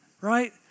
right